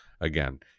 Again